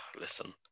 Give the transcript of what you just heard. Listen